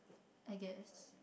I guess